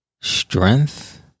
Strength